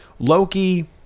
Loki